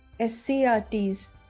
SCRTs